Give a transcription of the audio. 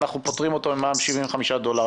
ואנחנו פוטרים אותו ממע"מ עד 75 דולר.